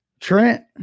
Trent